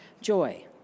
joy